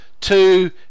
two